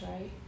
Right